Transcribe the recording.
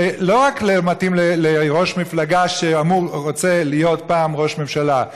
שלא רק לא מתאים לראש מפלגה שרוצה להיות פעם ראש ממשלה,